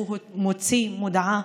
כשהוא מוציא מודעה,